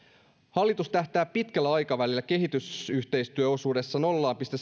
hallitus tähtää pitkällä aikavälillä kehitysyhteistyöosuudessa nolla pilkku